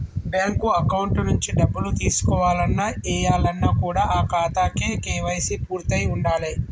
bank account నుంచి డబ్బులు తీసుకోవాలన్న, ఏయాలన్న కూడా ఆ ఖాతాకి కేవైసీ పూర్తయ్యి ఉండాలే